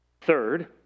Third